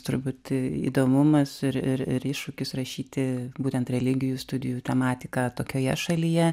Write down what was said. truputį įdomumas ir ir ir iššūkis rašyti būtent religijų studijų tematiką tokioje šalyje